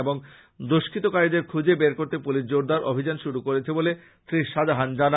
এবং দৃষ্কৃতকারীদের খুজে বের করতে পুলিশ জোরদার অভিযান শুরু করেছে বলে শ্রী সাজাহান জানান